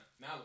Now